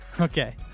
Okay